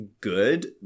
good